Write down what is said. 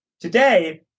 Today